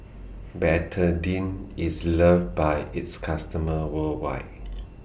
Betadine IS loved By its customers worldwide